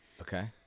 okay